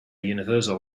universal